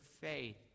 faith